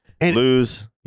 Lose